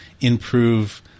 improve